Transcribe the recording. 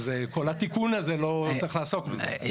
אז כל התיקון הזה לא צריך לעסוק בזה,